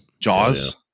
Jaws